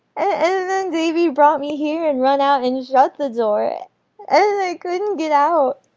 and then davy brought me here and run out and shut the door and i couldn't get out.